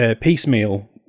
piecemeal